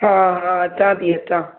हा हा अचां थी अचां